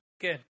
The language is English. Good